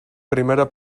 primera